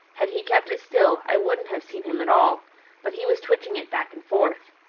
had he kept it still i wouldn't have seen him at all but he was twitching it back and forth.